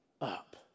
up